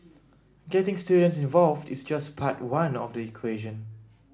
getting students involved is just part one of the equation